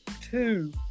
two